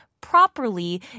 properly